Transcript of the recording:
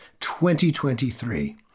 2023